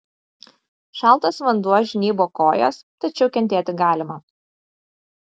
šaltas vanduo žnybo kojas tačiau kentėti galima